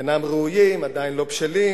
אינם ראויים, עדיין לא בשלים,